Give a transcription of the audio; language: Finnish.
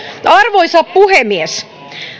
arvoisa puhemies